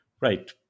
right